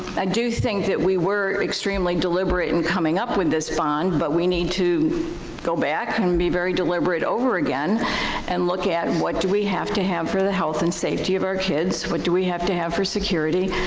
i do think that we were extremely deliberate in coming up with this bond but we need to go back and be very deliberate over again and look at what do we have to have for the health and safety of our kids, what do we have to have for security,